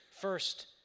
First